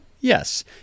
yes